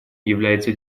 является